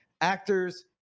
actors